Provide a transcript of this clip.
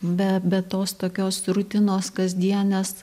be be tos tokios rutinos kasdienės